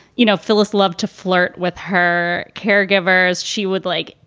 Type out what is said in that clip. you know, phyllis loved to flirt with her caregivers. she would like,